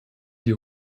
die